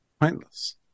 pointless